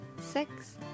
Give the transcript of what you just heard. six